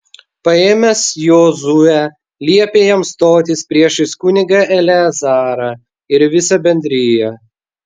paėmęs jozuę liepė jam stotis priešais kunigą eleazarą ir visą bendriją